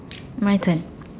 my turn